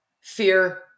fear